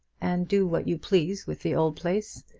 and do what you please with the old place.